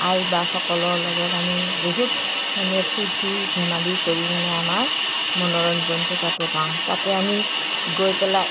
আই বাপসসকলৰ লগত আমি বহুত মানে ফূৰ্তি ধেমালি কৰি মানে আমাৰ মনোৰঞ্জনটো তাতে পাওঁ তাতে আমি গৈ পেলাই